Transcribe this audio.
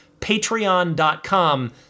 patreon.com